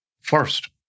First